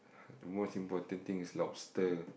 the most important thing is lobster